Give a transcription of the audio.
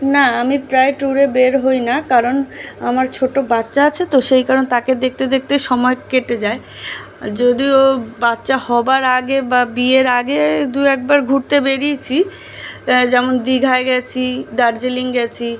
না আমি প্রায় ট্যুরে বের হই না কারণ আমার ছোটো বাচ্চা আছে তো সেই কারণ তাকে দেখতে দেখতে সময় কেটে যায় যদিও বাচ্চা হওয়ার আগে বা বিয়ের আগে দু একবার ঘুরতে বেড়িইছি অ্যাঁ যেমন দীঘায় গেছি দার্জিলিং গেছি